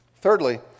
Thirdly